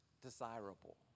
desirable